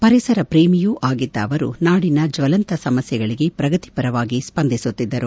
ಪರಿಸರ ಪ್ರೇಮಿಯೂ ಅಗಿದ್ದ ಅವರು ನಾಡಿನ ಜ್ವಲಂತ ಸಮಸ್ಯೆಗಳಿಗೆ ಪ್ರಗತಿಪರವಾಗಿ ಸ್ವಂದಿಸುತ್ತಿದ್ದರು